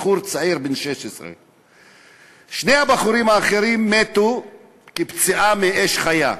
בחור צעיר בן 16. שני הבחורים האחרים מתו מפציעה מאש חיה,